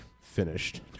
finished